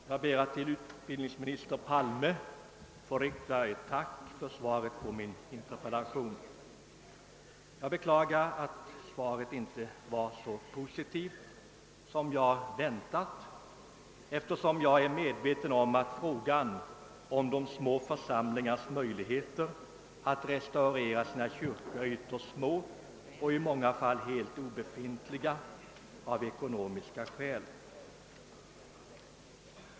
Herr talman! Jag ber att till utbildningsminister Palme få rikta ett tack för svaret på min interpellation. Jag beklagar att svaret inte var så positivt som jag väntat, eftersom jag är medveten om att frågan om de små församlingarnas möjligheter att restaurera sina kyrkor är ytterst små och i många fall helt obefintliga av ekonomiska skäl.